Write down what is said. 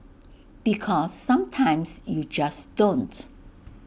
because sometimes you just don't